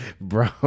bro